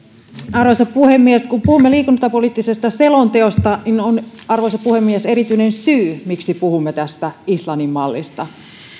arvoisa puhemies kun puhumme liikuntapoliittisesta selonteosta on arvoisa puhemies erityinen syy miksi puhumme tästä islannin mallista